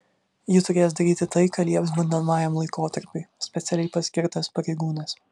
ji turės daryti tai ką lieps bandomajam laikotarpiui specialiai paskirtas pareigūnas